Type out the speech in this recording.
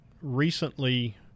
recently